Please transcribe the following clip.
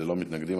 ללא מתנגדים.